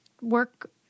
work